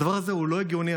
הדבר הזה לא הגיוני.